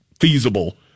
feasible